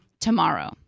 tomorrow